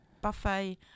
buffet